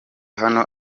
hano